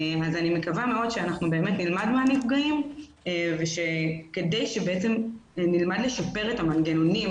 אז אני מקווה מאוד שנלמד מהנפגעים כדי שנלמד לשפר את המנגנונים,